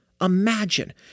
Imagine